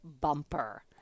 bumper